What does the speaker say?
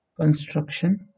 construction